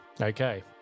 Okay